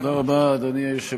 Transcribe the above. הציבורי